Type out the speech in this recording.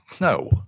No